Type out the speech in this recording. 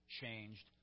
changed